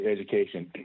education